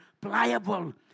pliable